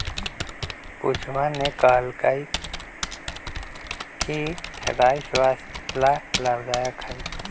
पूजवा ने कहल कई कि राई स्वस्थ्य ला लाभदायक हई